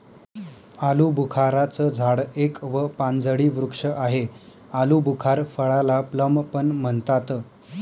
आलूबुखारा चं झाड एक व पानझडी वृक्ष आहे, आलुबुखार फळाला प्लम पण म्हणतात